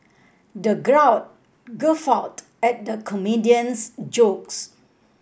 the crowd guffawed at the comedian's jokes